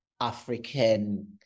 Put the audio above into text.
African